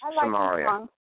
Samaria